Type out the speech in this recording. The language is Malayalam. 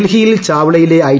ഡൽഹിയിൽ ചാവ്ളയിലെ ഐ